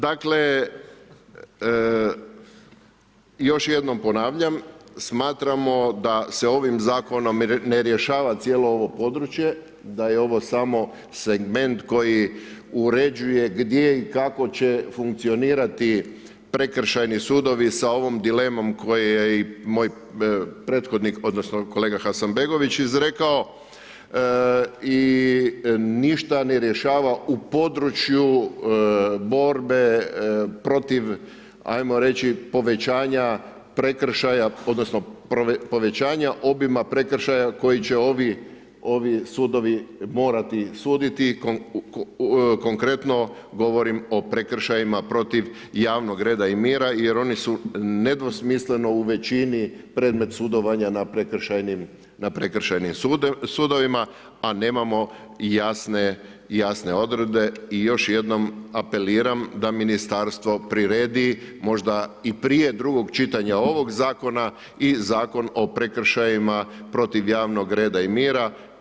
Dakle, još jednom ponavljam, smatramo da se ovim Zakonom ne rješava cijelo ovo područje, da je ovo samo segment koji uređuje gdje i kako će funkcionirati prekršajni sudovi sa ovom dilemom koja je i moj prethodnik odnosno kolega Hasanbegović izrekao i ništa ne rješava u području borbe protiv ajmo reći, povećanja prekršaja odnosno povećanja obima prekršaja koji će ovi sudovi morati suditi, konkretno govorim o prekršajima protiv javnog reda i mira jer oni su nedvosmisleno u većini predmet sudovanja na prekršajnim sudovima, a nemamo jasne odredbe i još jednom apeliram da ministarstvo priredi možda i prije drugog čitanja ovog Zakona i Zakon o prekršajima protiv javnog reda i mira.